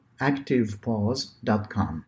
activepause.com